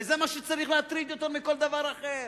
וזה מה שצריך להטריד יותר מכל דבר אחר.